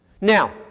Now